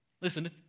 Listen